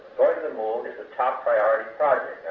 going to the moon is the top priority project.